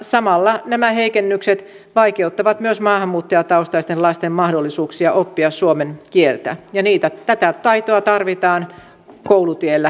samalla nämä heikennykset vaikeuttavat myös maahanmuuttajataustaisten lasten mahdollisuuksia oppia suomen kieltä ja tätä taitoa tarvitaan koulutiellä eteenpäin